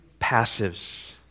passives